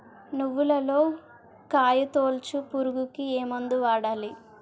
నువ్వులలో కాయ తోలుచు పురుగుకి ఏ మందు వాడాలి?